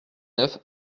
neuf